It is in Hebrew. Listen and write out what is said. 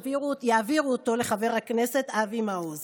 שיעבירו אותה לחבר הכנסת אבי מעוז,